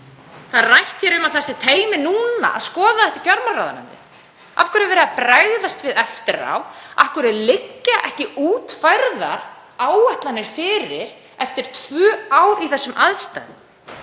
Rætt er um að það sé teymi núna að skoða þetta í fjármálaráðuneytinu. Af hverju er verið að bregðast við eftir á? Af hverju liggja ekki útfærðar áætlanir fyrir eftir tvö ár í þessum aðstæðum?